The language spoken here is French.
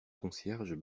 concierges